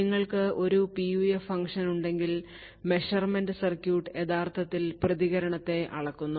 നിങ്ങൾക്ക് ഒരു PUF function ഉണ്ടെങ്കിൽ മെഷർമെന്റ് സർക്യൂട്ട് യഥാർത്ഥത്തിൽ പ്രതികരണത്തെ അളക്കുന്നു